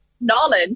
knowledge